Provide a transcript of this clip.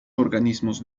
organismos